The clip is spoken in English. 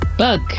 BUG